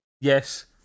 Yes